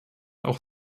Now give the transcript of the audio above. auch